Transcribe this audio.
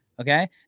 Okay